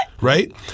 Right